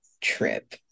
trip